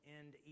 end